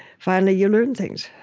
finally you learn things